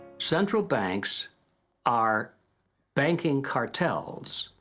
central banks are banking cartels,